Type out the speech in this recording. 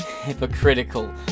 hypocritical